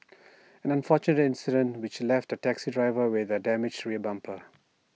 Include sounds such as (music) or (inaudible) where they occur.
(noise) an unfortunate incident which left A taxi driver with A damaged rear bumper